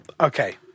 Okay